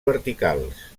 verticals